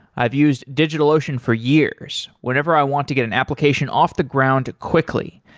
i've used digitalocean for years whenever i want to get an application off the ground quickly,